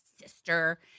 sister